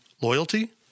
Loyalty